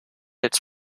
its